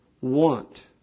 want